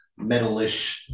metalish